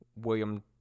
William